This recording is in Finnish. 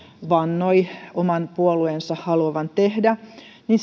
vannoi oman puolueensa haluavan tehdä niin